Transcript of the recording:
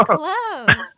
close